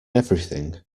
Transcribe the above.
everything